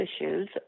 issues